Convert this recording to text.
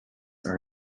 are